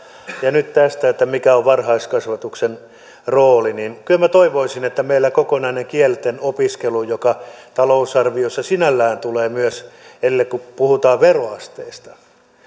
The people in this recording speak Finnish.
ja nyt tästä mikä on varhaiskasvatuksen rooli niin kyllä minä toivoisin että meillä kokonainen kielten opiskelu joka talousarviossa sinällään tulee esille myös kun puhutaan veroasteista